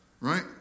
Right